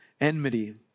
enmity